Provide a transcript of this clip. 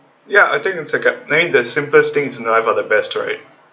ya I think it's like it is the simplest things that are the best right